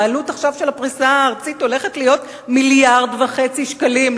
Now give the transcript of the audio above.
עלות הפריסה הארצית תהיה מיליארד וחצי שקלים,